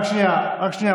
רק שנייה, רק שנייה.